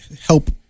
help